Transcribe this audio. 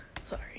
sorry